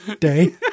day